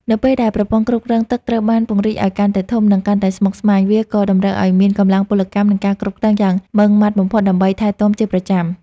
នៅពេលដែលប្រព័ន្ធគ្រប់គ្រងទឹកត្រូវបានពង្រីកឱ្យកាន់តែធំ និងកាន់តែស្មុគស្មាញ វាក៏តម្រូវឱ្យមានកម្លាំងពលកម្ម និងការគ្រប់គ្រងយ៉ាងម៉ឺងម៉ាត់បំផុតដើម្បីថែទាំជាប្រចាំ។